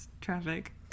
traffic